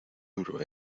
duro